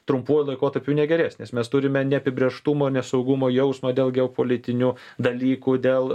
trumpuoju laikotarpiu negerės nes mes turime neapibrėžtumo nesaugumo jausmo dėl geopolitinių dalykų dėl